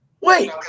wait